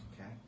Okay